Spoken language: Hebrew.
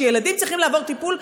כשילדים צריכים לעבור טיפול,